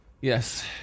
yes